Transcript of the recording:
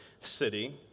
city